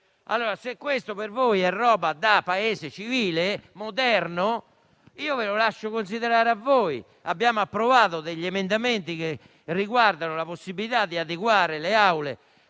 finestre. Se questo è accettabile in un Paese civile e moderno, lo lascio considerare a voi. Abbiamo approvato degli emendamenti che riguardano la possibilità di adeguare le aule